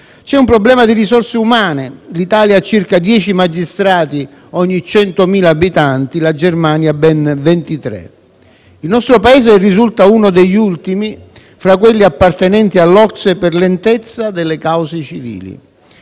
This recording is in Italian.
C'è un problema di risorse umane: l'Italia ha circa dieci magistrati ogni 100.000 abitanti, mentre la Germania ne ha ben 23. Il nostro Paese risulta uno degli ultimi fra quelli appartenenti all'OCSE per lentezza delle cause civili.